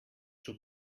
too